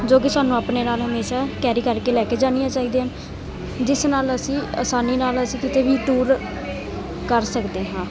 ਜੋ ਕਿ ਸਾਨੂੰ ਆਪਣੇ ਨਾਲ ਹਮੇਸ਼ਾ ਕੈਰੀ ਕਰਕੇ ਲੈ ਕੇ ਜਾਣੀਆਂ ਚਾਹੀਦੀਆਂ ਹਨ ਜਿਸ ਨਾਲ ਅਸੀਂ ਆਸਾਨੀ ਨਾਲ ਅਸੀਂ ਕਿਤੇ ਵੀ ਟੂਰ ਕਰ ਸਕਦੇ ਹਾਂ